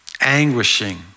anguishing